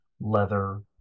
leather